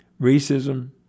racism